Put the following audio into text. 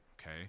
Okay